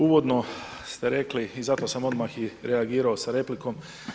Pa uvodno ste rekli, i zato sam odmah i reagirao s replikom.